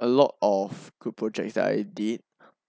a lot of good projects that I did